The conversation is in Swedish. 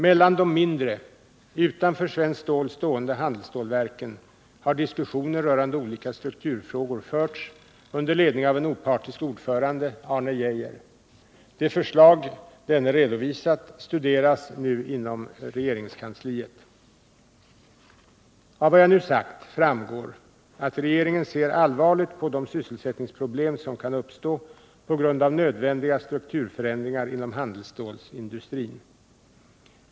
Mellan de mindre, utanför Svenskt Stål stående handelsstålverken har - Nr 31 diskussioner rörande olika strukturfrågor förts under ledning av en opartisk ordförande — Arne Geijer. De förslag denne redovisat studeras f. n. inom regeringskansliet. Av vad jag nu sagt framgår att regeringen ser allvarligt på de sysselsättningsproblem som kan uppstå på grund av nödvändiga strukturförändringar inom handelsstålsindustrin.